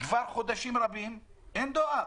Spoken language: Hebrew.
כבר חודשים רבים אין דואר.